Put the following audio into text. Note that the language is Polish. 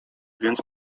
więc